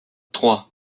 trois